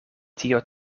tio